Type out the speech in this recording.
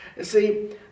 See